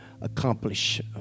accomplish